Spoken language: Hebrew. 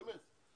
באמת,